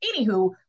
anywho